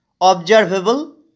observable